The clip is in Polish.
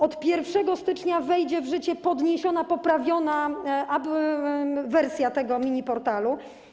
Od 1 stycznia wejdzie w życie podniesiona, poprawiona wersja tego miniportalu.